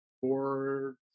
four